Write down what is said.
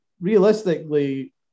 realistically